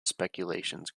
speculations